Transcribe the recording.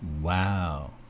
Wow